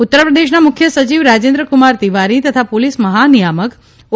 ઉત્તરપ્રદેશના મુખ્યસચિવ રાજેન્દ્રકુમાર તિવારી તથા પોલીસ મહાનિયામક ઓ